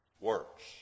works